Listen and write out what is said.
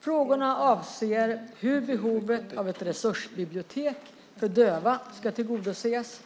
Frågorna avser hur behovet av ett resursbibliotek för döva ska tillgodoses,